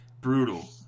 brutal